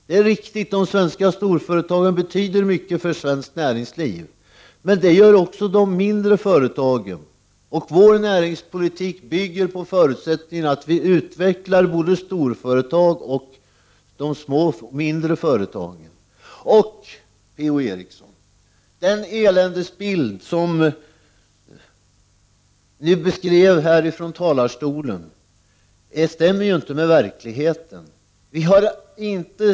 Det är riktigt; de svenska storföretagen betyder mycket för svenskt näringsliv — men det gör också de mindre företagen. Svensk näringspolitik bygger på förutsättningen att både storföretag och mindre företag utvecklas. Den eländesbild som ni beskrev här från talarstolen stämmer inte med verkligheten, Per-Ola Eriksson.